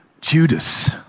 Judas